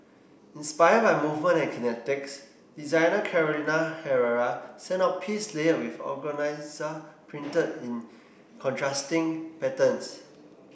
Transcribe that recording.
inspired by movement and kinetics designer Carolina Herrera sent out piece layered with printed in contrasting patterns